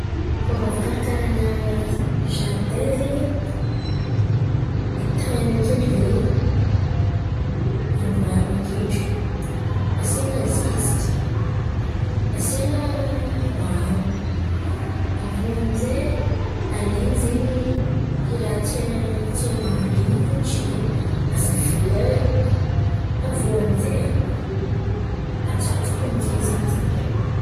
Fômba fikarakaran̈a zardain zen̈y, tan̈y akendriky zen̈y amboarina akendriky. Asian̈a zeziky, asian̈a ran̈o avô aminzay alain̈y zen̈y i raha tian̈a ambolen̈y in̈y zen̈y, tsy haiko asa flera avô amin'jay atsatoko amin'zay zen̈y izy baka eo.